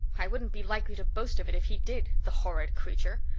i wouldn't be likely to boast of it if he did, the horrid creature!